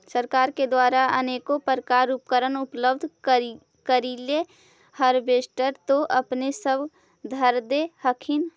सरकार के द्वारा अनेको प्रकार उपकरण उपलब्ध करिले हारबेसटर तो अपने सब धरदे हखिन?